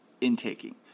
intaking